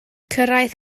cyrraedd